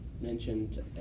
mentioned